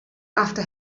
after